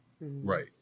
Right